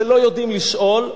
שלא יודעים לשאול?